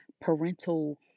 parental